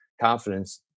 confidence